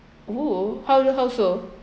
!woo! how you how so